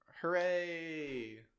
Hooray